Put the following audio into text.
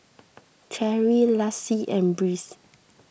Cherie Lassie and Brice